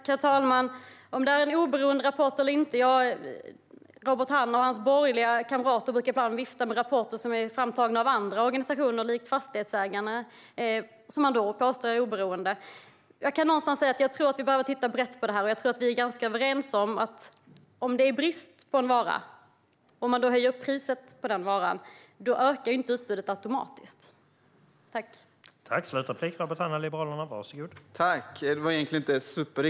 Herr talman! När det gäller om det är en oberoende rapport eller inte brukar Robert Hannah och hans borgerliga kamrater ibland vifta med rapporter framtagna av andra organisationer som Fastighetsägarna, som man då påstår är oberoende. Jag tror att vi behöver titta brett på det här och att vi är ganska överens om att utbudet inte ökar automatiskt om man höjer priset på en vara som det är brist på.